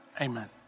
Amen